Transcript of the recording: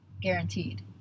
Guaranteed